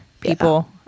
people